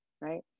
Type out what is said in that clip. right